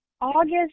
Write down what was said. August